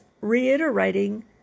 reiterating